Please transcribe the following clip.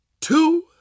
two